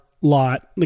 lot